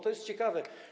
To jest ciekawe.